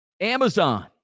Amazon